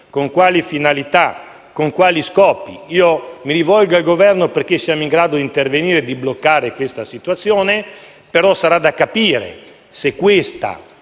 con quali finalità, con quali scopi? Mi rivolgo al Governo, perché siamo in grado di intervenire e di bloccare questa situazione, ma sarà da capire se questa